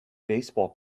baseball